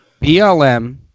BLM